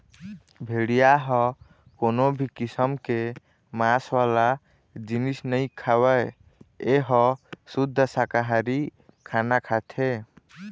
भेड़िया ह कोनो भी किसम के मांस वाला जिनिस नइ खावय ए ह सुद्ध साकाहारी खाना खाथे